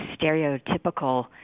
stereotypical